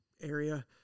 area